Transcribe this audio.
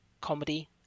comedy